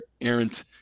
errant